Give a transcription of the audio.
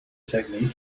technique